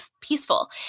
peaceful